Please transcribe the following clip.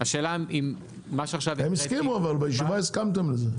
הם הסכימו לזה.